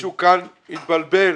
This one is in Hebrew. מישהו כאן התבלבל